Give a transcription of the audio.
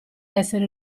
essere